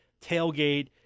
tailgate